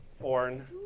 born